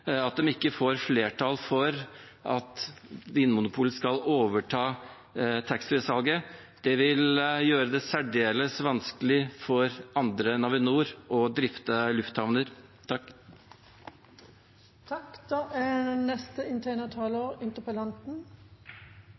Vinmonopolet skal overta taxfree-salget. Det ville gjøre det særdeles vanskelig for andre enn Avinor å drifte lufthavner.